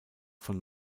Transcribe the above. von